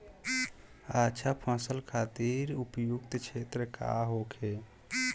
अच्छा फसल खातिर उपयुक्त क्षेत्र का होखे?